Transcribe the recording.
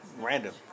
Random